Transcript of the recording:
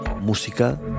Música